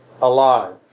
alive